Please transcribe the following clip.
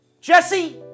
Jesse